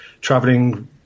traveling